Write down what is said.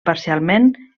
parcialment